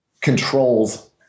controls